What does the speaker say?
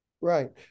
Right